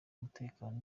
umutekano